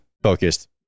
Focused